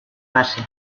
base